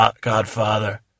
godfather